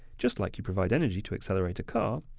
just like you provide energy to accelerate a car,